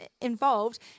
involved